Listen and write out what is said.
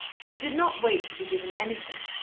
she did not wait to be given anything,